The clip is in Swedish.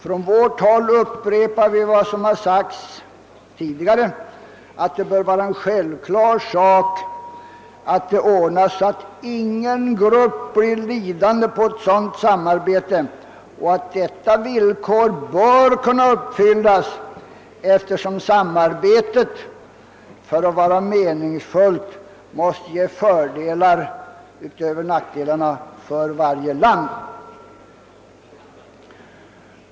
Från vårt håll upprepar vi vad som har sagts tidigare, nämligen att det bör vara självklart att det ordnas så att inga grupper blir lidande på ett sådant samarbete och att detta villkor bör kunna uppfyllas, eftersom samarbetet för att vara meningsfullt måste ge fördelar utöver nackdelarna för varje land.